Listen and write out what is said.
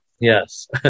Yes